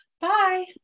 bye